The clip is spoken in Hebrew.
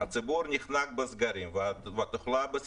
הציבור נחנק בסגרים והתחלואה בשיא.